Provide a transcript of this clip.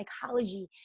psychology